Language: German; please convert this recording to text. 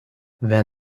wer